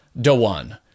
Dewan